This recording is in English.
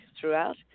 throughout